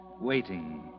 waiting